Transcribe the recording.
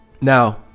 Now